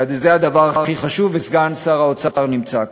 כי זה הדבר הכי חשוב, וסגן שר האוצר נמצא כאן.